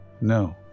No